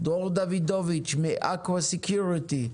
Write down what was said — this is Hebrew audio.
דרור דוידוף מ"אקווה סקיוריטי",